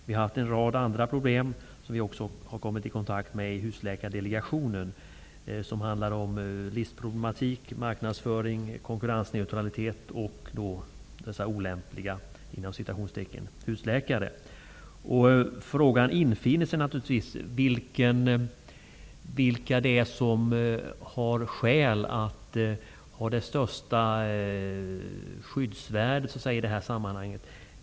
Vi har en rad andra problem, som vi också har kommit i kontakt med i Husläkardelegationen. De handlar om listproblematik, marknadsföring, konkurrensneutralitet och dessa ''olämpliga'' husläkare. Frågan infinner sig naturligtvis: Vilket har det största skyddsvärdet i detta sammanhang?